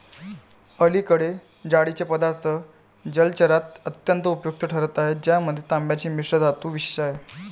अलीकडे जाळीचे पदार्थ जलचरात अत्यंत उपयुक्त ठरत आहेत ज्यामध्ये तांब्याची मिश्रधातू विशेष आहे